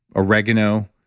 oregano,